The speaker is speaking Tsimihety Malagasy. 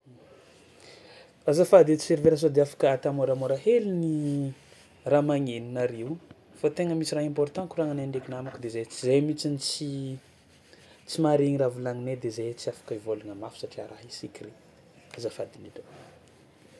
Azafady edy serveur sao de afaka ata môramôra hely ny raha magnenonareo io? Fa tegna misy raha important koragnanahy ndraiky namako de zay ts- zay mihitsy no tsy tsy mahare ny raha volagninay de zahay tsy afaka hivôlagna mafy satria raha i sekire, azafady indrindra.